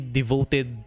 devoted